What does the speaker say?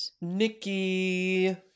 Nikki